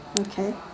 okay